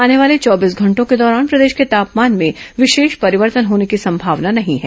आने वाले चौबीस घंटों के दौरान प्रदेश के तापमान में विशेष परिवर्तन होने की संभावना नहीं है